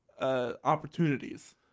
Opportunities